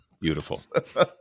Beautiful